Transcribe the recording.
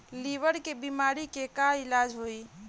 Liver के बीमारी के का इलाज होई?